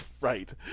Right